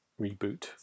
reboot